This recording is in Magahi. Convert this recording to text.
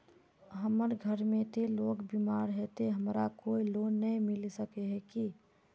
हमर घर में ते लोग बीमार है ते हमरा कोई लोन नय मिलबे सके है की?